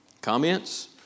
Comments